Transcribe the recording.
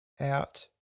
out